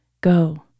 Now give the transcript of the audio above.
Go